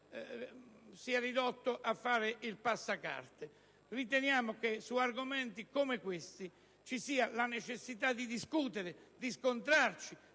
sia ridotto a fare il passacarte. Riteniamo che su argomenti come questi ci sia la necessità di discutere, scontrarci,